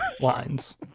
lines